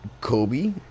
Kobe